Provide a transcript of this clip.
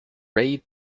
reid